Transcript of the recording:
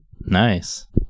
Nice